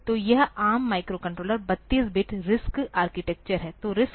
तो यह ARM microcontroller 32 bit RISC architecture है